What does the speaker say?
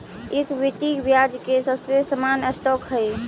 equity ब्याज के सबसे सामान्य स्टॉक हई